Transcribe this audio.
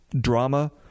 drama